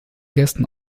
gästen